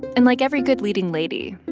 and like every good leading lady,